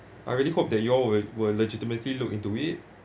I really hope that you all will will legitimately look into it